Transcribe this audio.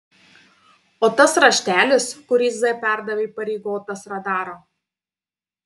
o tas raštelis kurį z perdavė įpareigotas radaro